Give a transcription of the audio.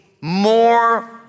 more